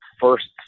first